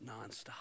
nonstop